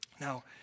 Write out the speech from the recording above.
Now